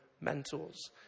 mentors